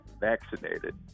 vaccinated